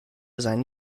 seinen